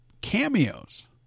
cameos